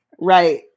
Right